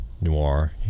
Noir